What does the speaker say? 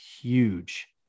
huge